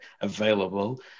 available